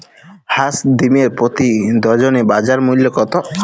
হাঁস ডিমের প্রতি ডজনে বাজার মূল্য কত?